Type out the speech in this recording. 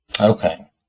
Okay